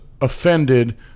offended